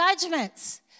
judgments